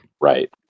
right